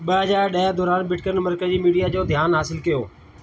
ॿ हज़ार ॾह दौरान बिटकॉइन मर्कज़ी मीडिया जो ध्यानु हासिलु कयो